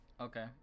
Okay